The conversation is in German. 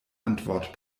antwort